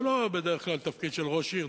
זה בדרך כלל לא תפקיד של ראש עיר,